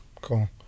cool